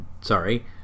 Sorry